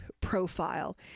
profile